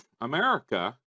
America